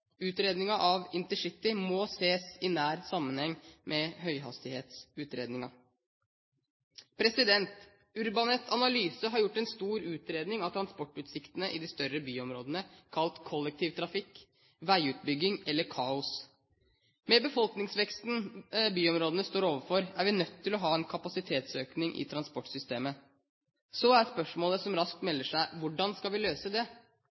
må ses i nær sammenheng med høyhastighetsutredningen. Urbanet Analyse har gjort en stor utredning av transportutsiktene i de største byområdene, kalt «Kollektivtrafikk, veiutbygging eller kaos». Med den befolkningsveksten byområdene står overfor, er vi nødt til å ha en kapasitetsøkning i transportsystemet. Så er spørsmålet som raskt melder seg: Hvordan skal vi løse det?